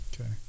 Okay